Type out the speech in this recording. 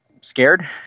scared